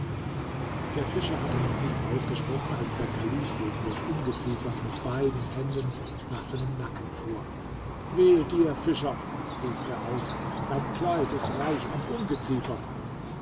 der fischer hatte noch nicht ausgesprochen als der kalif wegen des ungeziefers mit beiden händen nach seinem nacken fuhr wehe dir fischer rief er aus dein kleid ist reich an ungeziefer